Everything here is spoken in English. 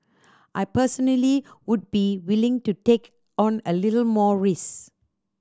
I personally would be willing to take on a little more risk